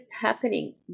happening